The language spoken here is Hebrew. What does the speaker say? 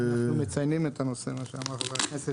אנחנו מציינים את הנושא - מה שאמר חבר הכנסת